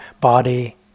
body